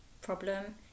problem